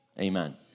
amen